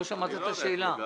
אני לא יודע איפה הוא גר.